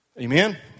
Amen